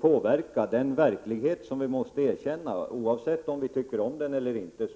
påverka den verklighet som vi måste erkänna. Den finns där oavsett om vi tycker om den eller inte.